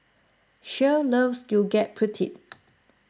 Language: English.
Shirl loves Gudeg Putih